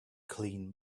clean